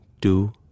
two